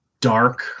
dark